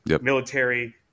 military